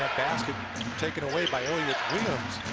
basket taken away by elliot williams.